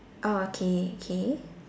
oh okay okay